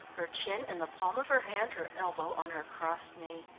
her chin in the palm of her hand, her elbow on her crossed knee.